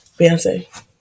Beyonce